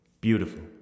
beautiful